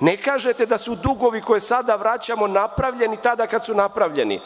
ne kažete da su dugovi koje sada vraćamo napravljeni tada kada su napravljeni.